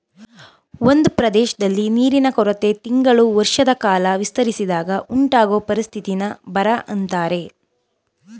ಒಂದ್ ಪ್ರದೇಶ್ದಲ್ಲಿ ನೀರಿನ ಕೊರತೆ ತಿಂಗಳು ವರ್ಷದಕಾಲ ವಿಸ್ತರಿಸಿದಾಗ ಉಂಟಾಗೊ ಪರಿಸ್ಥಿತಿನ ಬರ ಅಂತಾರೆ